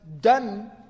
done